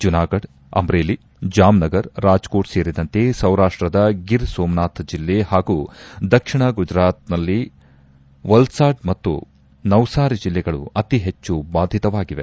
ಜುನಾಗಢ್ ಅಮ್ರೇಲಿ ಜಾಮ್ನಗರ್ ರಾಜ್ಕೋಟ್ ಸೇರಿದಂತೆ ಸೌರಾಷ್ಷದ ಗಿರ್ ಸೋಮನಾಥ್ ಜಿಲ್ಲೆ ಹಾಗೂ ದಕ್ಷಿಣ ಗುಜರಾತ್ನಲ್ಲಿ ವಲ್ಲಾಡ್ ಮತ್ತು ನವ್ಸಾರಿ ಜಿಲ್ಲೆಗಳು ಅತಿ ಹೆಚ್ಚು ಬಾಧಿತವಾಗಿದೆ